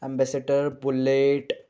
ambassador bullet